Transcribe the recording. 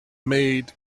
made